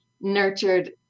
nurtured